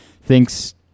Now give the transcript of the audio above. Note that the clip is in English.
thinks